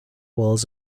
walls